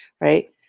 right